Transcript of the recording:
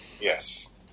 Yes